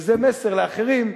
וזה מסר לאחרים,